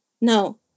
No